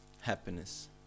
happiness